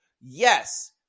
Yes